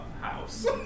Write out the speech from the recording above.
House